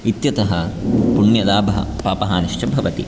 इत्यतः पुण्यलाभः पापहानिश्च भवति